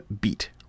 Beat